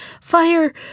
Fire